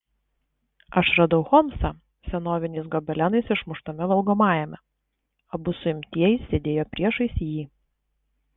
aš radau holmsą senoviniais gobelenais išmuštame valgomajame abu suimtieji sėdėjo priešais jį